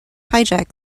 hijack